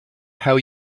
how